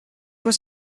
was